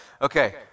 Okay